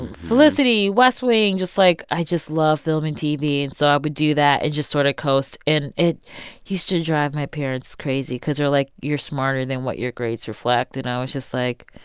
felicity, west wing, just like i just loved film and tv, so i would do that and just sort of coast. and it used to drive my parents crazy because they're like, you're smarter than what your grades reflect. and i was just like,